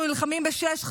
אנחנו נלחמים בשש חזיתות,